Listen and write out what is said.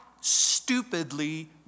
stupidly